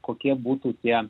kokie būtų tie